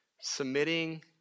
submitting